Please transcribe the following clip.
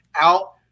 out